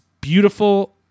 beautiful